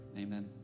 Amen